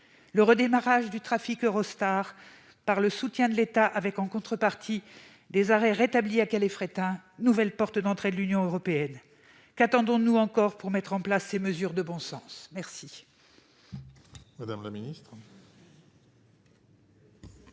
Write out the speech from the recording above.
le redémarrage du trafic Eurostar par le soutien de l'État avec, en contrepartie, des arrêts à Calais-Fréthun, nouvelle porte d'entrée de l'Union européenne. Qu'attendons-nous encore pour mettre en place ces mesures de bon sens ? La